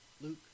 Luke